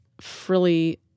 frilly